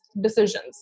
decisions